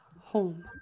home